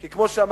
כי כמו שאמרתי,